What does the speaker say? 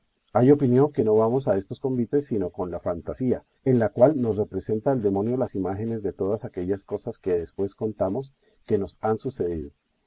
hay opinión que no vamos a estos convites sino con la fantasía en la cual nos representa el demonio las imágenes de todas aquellas cosas que después contamos que nos han sucedido